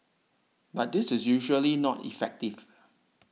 but this is usually not effective